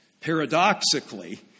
paradoxically